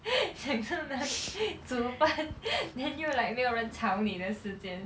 享受那煮饭 then 又 like 没有人吵你的时间